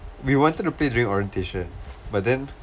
we wanted to play during orientation but then